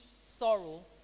sorrow